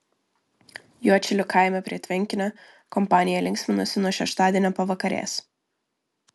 juodšilių kaime prie tvenkinio kompanija linksminosi nuo šeštadienio pavakarės